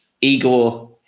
Igor